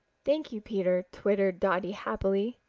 thank you, peter, twittered dotty happily.